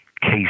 Case